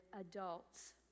adults